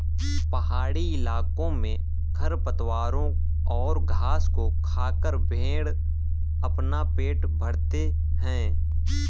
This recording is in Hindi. पहाड़ी इलाकों में खरपतवारों और घास को खाकर भेंड़ अपना पेट भरते हैं